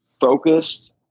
focused